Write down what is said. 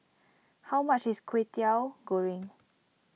how much is Kwetiau Goreng